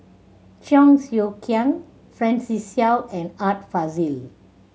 Cheong Siew Keong Francis Seow and Art Fazil